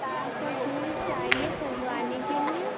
गुलाब का फूल चाहिए सजवाने के लिए